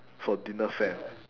for dinner fam